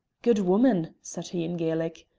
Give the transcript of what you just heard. good woman, said he in gaelic,